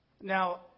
Now